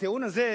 הטיעון הזה,